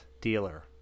dealer